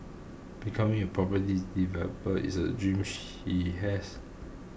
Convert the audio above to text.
becoming a property developer is a dream she has